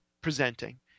presenting